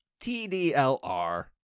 TDLR